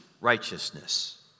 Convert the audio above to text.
righteousness